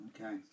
okay